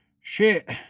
Shit